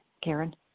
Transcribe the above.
Karen